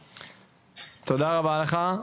תודה רבה לך.